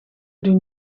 doen